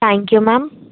thank you ma'am